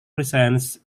presence